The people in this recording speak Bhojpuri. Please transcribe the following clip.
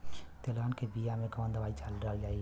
तेलहन के बिया मे कवन दवाई डलाई?